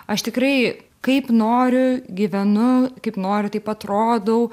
aš tikrai kaip noriu gyvenu kaip noriu taip atrodau